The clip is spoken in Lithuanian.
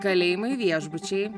kalėjimai viešbučiai